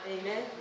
Amen